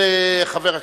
רבותי חברי